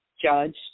judged